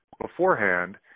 beforehand